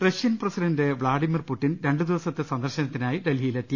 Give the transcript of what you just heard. Russian president Vladimir Putin രണ്ടു ദിവസത്തെ സന്ദർശനത്തിനായി ഡൽഹിയിലെത്തി